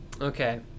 Okay